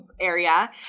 area